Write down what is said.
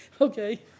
Okay